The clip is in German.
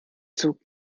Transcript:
zog